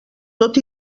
tot